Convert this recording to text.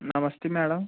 నమస్తే మేడం